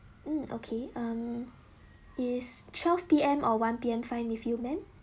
um okay um is twelve P_M or one P_M fine with you ma'am